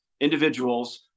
individuals